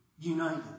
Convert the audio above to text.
united